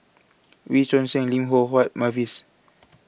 Wee Choon Seng Lim Loh Huat Mavis